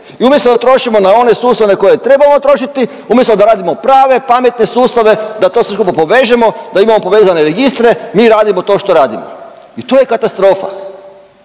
I umjesto da trošimo na one sustave na koje trebamo trošiti, umjesto da radimo prave, pametne sustave da to sve skupa povežemo, da imamo povezane registre mi radimo to što radimo. I to je katastrofa.